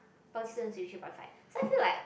poly students with three point five so I feel like